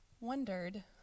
wondered